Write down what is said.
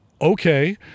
Okay